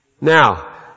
Now